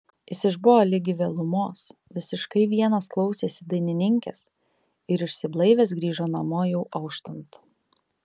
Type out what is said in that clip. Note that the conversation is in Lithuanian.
jis išbuvo ligi vėlumos visiškai vienas klausėsi dainininkės ir išsiblaivęs grįžo namo jau auštant